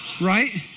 right